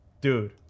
dude